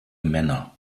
männer